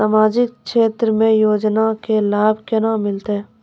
समाजिक क्षेत्र के योजना के लाभ केना मिलतै?